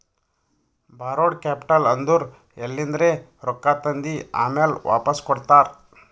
ಬಾರೋಡ್ capital ಅಂದುರ್ ಎಲಿಂದ್ರೆ ರೊಕ್ಕಾ ತಂದಿ ಆಮ್ಯಾಲ್ ವಾಪಾಸ್ ಕೊಡ್ತಾರ